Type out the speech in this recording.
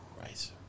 Right